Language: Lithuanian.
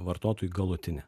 vartotojui galutinė